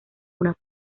una